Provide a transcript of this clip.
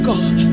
God